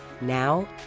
Now